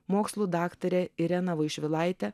mokslų daktarę ireną vaišvilaitę